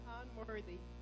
unworthy